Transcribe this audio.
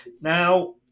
Now